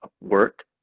work